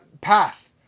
path